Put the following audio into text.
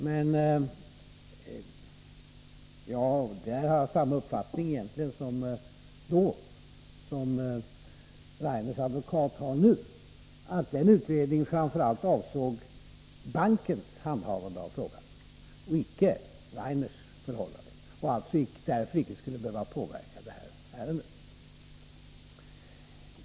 Men här hade jag samma uppfattning då som Ove Rainers advokat har nu, att den utredningen framför allt avsåg bankens handhavande av frågan och inte Ove Rainers förhållanden och att den därför inte skulle behöva påverka detta ärende.